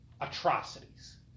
atrocities